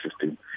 system